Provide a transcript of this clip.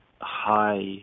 high